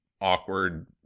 awkward